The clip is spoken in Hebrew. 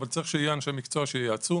אבל צריך שיהיו אנשי מקצוע שייעצו,